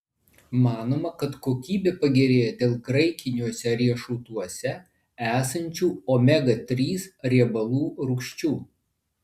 manoma kad kokybė pagerėja dėl graikiniuose riešutuose esančių omega trys riebalų rūgščių